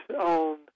on